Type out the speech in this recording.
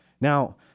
Now